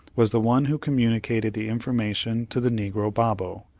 was the one who communicated the information to the negro babo,